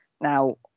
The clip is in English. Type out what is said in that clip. Now